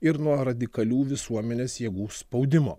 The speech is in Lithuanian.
ir nuo radikalių visuomenės jėgų spaudimo